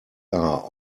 are